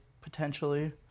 potentially